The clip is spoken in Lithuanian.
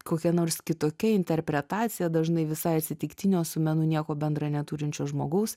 kokia nors kitokia interpretacija dažnai visai atsitiktinio su menu nieko bendra neturinčio žmogaus